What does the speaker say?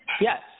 Yes